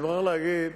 אני מוכרח להגיד: